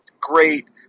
Great